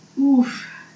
Oof